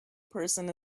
person